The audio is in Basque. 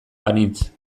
banintz